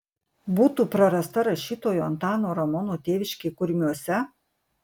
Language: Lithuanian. būtų prarasta rašytojo antano ramono tėviškė kurmiuose